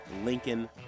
Lincoln